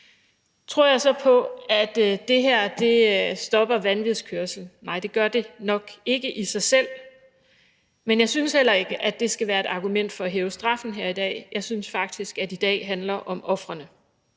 Tror jeg så på, at det her stopper vanvidskørsel? Nej, det gør det nok ikke i sig selv. Men jeg synes heller ikke, det skal være et argument for at hæve straffen her i dag; jeg synes faktisk, at det i dag handler om ofrene.